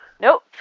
nope